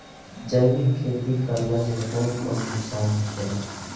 जैविक खेती करला से कौन कौन नुकसान होखेला?